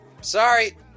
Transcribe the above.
Sorry